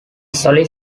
solid